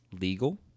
legal